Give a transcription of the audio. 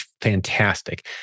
fantastic